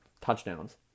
touchdowns